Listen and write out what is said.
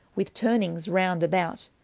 with turnings round about,